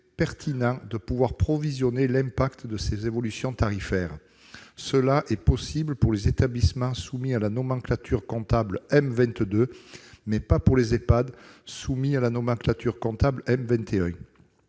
pertinent de pouvoir provisionner l'impact de ces évolutions tarifaires. Cela est possible pour les établissements soumis à la nomenclature comptable M22, mais pas pour les Ehpad, soumis à la nomenclature comptable M21.